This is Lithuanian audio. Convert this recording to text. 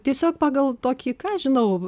tiesiog pagal tokį ką žinau